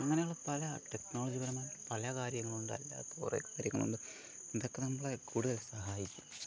അങ്ങനെയുള്ള പല ടെക്നോളജിപരമായ പല കാര്യങ്ങളുണ്ട് അതിനകത്ത് കുറെ കാര്യങ്ങളുണ്ട് ഇതൊക്ക നമ്മളെ കൂടുതൽ സഹായിക്കും